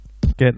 Get